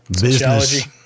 business